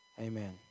amen